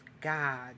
God